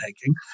taking